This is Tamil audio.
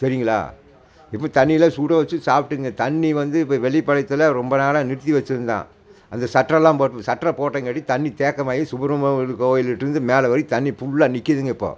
சரிங்களா இப்போ தண்ணியில் சுட வச்சி சாப்ட்டுக்குங்க தண்ணி வந்து இப்ப வெள்ளிப்பாளையத்தில் ரொம்ப நாளாக நிறுத்தி வச்சிருந்தான் அந்த சட்ரு எல்லாம் போட்டு சட்டர போட்டங்காட்டி தண்ணி தேக்கமாகி சுப்ரமணியன் கோயில்ட்டேருந்து மேலே வரைக்கும் தண்ணி புல்லா நிக்குதுங்கள் இப்போது